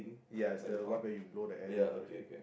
yes is the one where you blow the air in one